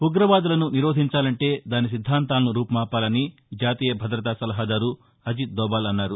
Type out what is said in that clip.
ఉగ్రవాదులను నిరోధించాలంటే దాని సిద్ధాంతాలను రూపుమాపాలని జాతీయ భాదతా సలహాదారు అజిత్ దోబాల్ అన్నారు